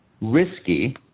risky